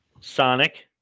Sonic